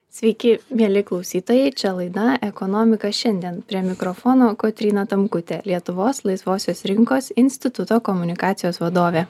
sveiki mieli klausytojai čia laida ekonomika šiandien prie mikrofono kotryna tamkutė lietuvos laisvosios rinkos instituto komunikacijos vadovė